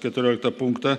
keturioliktą punktą